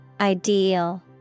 Ideal